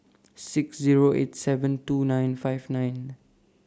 six Zero eight seven two nine five nine